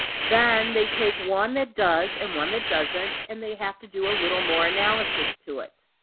then they take one that does and one that doesn't, and they have to do a little more analysis to it.